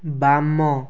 ବାମ